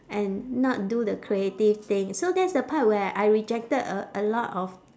and not do the creative thing so that's the part where I rejected a a lot of